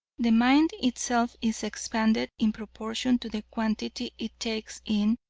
the mind itself is expanded in proportion to the quantity it takes in,